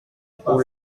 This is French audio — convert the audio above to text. pour